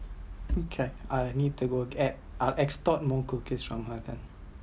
okay I need to go add I'll add stock more cookies from her then